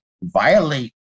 violate